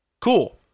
Cool